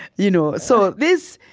you know. so this,